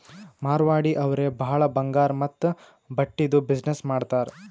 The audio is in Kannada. ಮಾರ್ವಾಡಿ ಅವ್ರೆ ಭಾಳ ಬಂಗಾರ್ ಮತ್ತ ಬಟ್ಟಿದು ಬಿಸಿನ್ನೆಸ್ ಮಾಡ್ತಾರ್